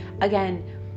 again